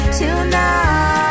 tonight